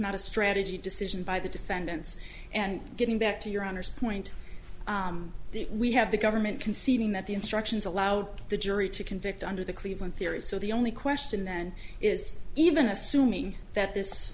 not a strategy decision by the defendants and getting back to your honor's point we have the government conceding that the instructions allowed the jury to convict under the cleveland theory so the only question then is even assuming that this